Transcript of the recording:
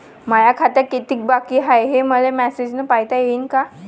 माया खात्यात कितीक बाकी हाय, हे मले मेसेजन पायता येईन का?